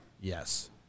Yes